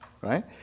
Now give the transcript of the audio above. right